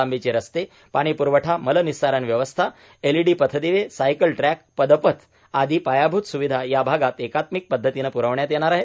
लांबीचे रस्ते पाणी पुरवठा मलनिःसारण व्यवस्था एलईडी पथदिवे सायकल ट्रॅक पदपथ आदी पायाभूत सुविधा या भागात एकत्मिक पध्दतीने पुरविण्यात येणार आहे